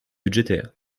budgétaires